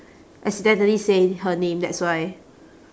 accidentally say her name that's why